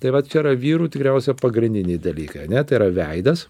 tai vat čia yra vyrų tikriausiai pagrindiniai dalykai ane tai yra veidas